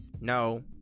no